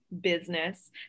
business